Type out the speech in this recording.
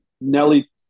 Nelly